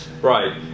right